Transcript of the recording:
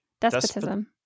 Despotism